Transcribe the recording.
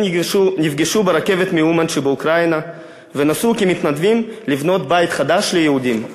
הם נפגשו ברכבת מאומן שבאוקראינה ונסעו כמתנדבים לבנות בית חדש ליהודים.